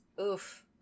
Oof